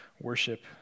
worship